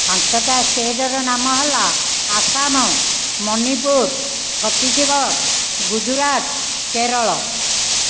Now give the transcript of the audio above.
ପାଞ୍ଚଟା ଷ୍ଟେଟ୍ର ନାମ ହେଲା ଆସାମ ମଣିପୁର ଛତିଶଗଡ଼ ଗୁଜୁରାଟ କେରଳ